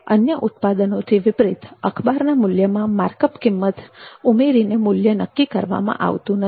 અન્ય ઉત્પાદનોથી વિપરીત અખબારના મૂલ્યોમાં માર્કઅપની કિંમત ઉમેરીને મૂલ્ય નક્કી કરવામાં આવતું નથી